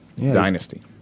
dynasty